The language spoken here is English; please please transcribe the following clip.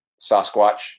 Sasquatch